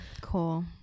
cool